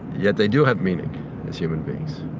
yet they do have meaning as human beings,